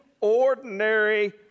ordinary